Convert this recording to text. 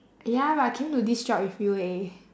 ya but I came to this job with you eh